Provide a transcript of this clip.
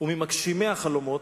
וממגשימי החלומות.